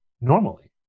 normally